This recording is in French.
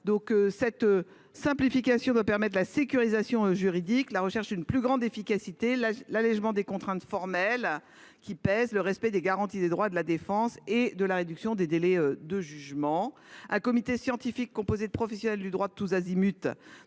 Cette simplification doit permettre la sécurisation juridique, la recherche d'une plus grande efficacité, l'allégement du poids des contraintes formelles, le respect des garanties des droits de la défense et la réduction des délais de jugement. Un comité scientifique composé de professionnels du droit de tous horizons